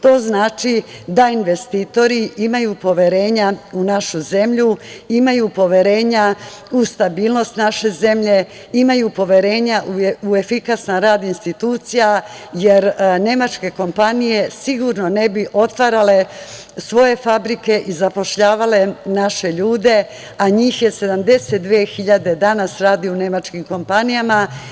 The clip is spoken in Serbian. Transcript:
To znači da investitori imaju poverenja u našu zemlju, imaju poverenja u stabilnost naše zemlje, imaju poverenja u efikasan rad institucija, jer nemačke kompanije sigurno ne bi otvarale svoje fabrike i zapošljavale naše ljude, a njih danas 72.000 radi u nemačkim kompanijama.